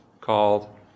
called